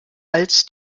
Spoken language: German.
als